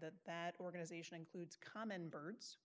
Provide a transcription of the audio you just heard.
that that organization includes common birds